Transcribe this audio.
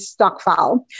Stockfile